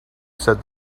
said